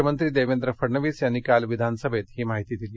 मुख्यमंत्री देवेंद्र फडणवीस यांनी काल विधान सभेत ही माहिती दिली